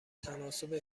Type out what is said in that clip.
تناسب